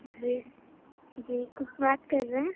جی جی کچھ بات کر رہے ہیں